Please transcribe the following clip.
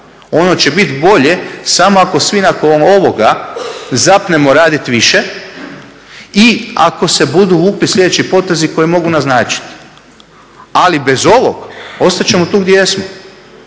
Ono će biti bolje samo ako svi nakon ovoga zapnemo raditi više i ako se budu vukli sljedeći potezi koji mogu naznačiti. Ali bez ovog ostat ćemo tu gdje jesmo